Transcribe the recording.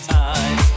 time